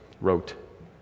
wrote